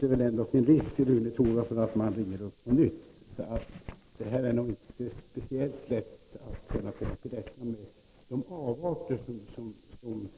Det är alltså inte särskilt lätt att komma till rätta med de avarter när det gäller utnyttjandet av dessa samtal som måhända finns.